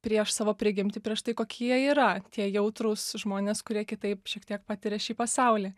prieš savo prigimtį prieš tai kokie yra tie jautrūs žmonės kurie kitaip šiek tiek patiria šį pasaulį